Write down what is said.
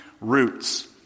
roots